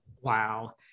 Wow